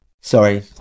Sorry